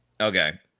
Okay